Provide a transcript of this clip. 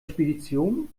spedition